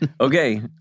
okay